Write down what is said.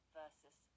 versus